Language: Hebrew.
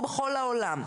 אלא בכל העולם.